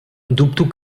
dubto